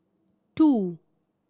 two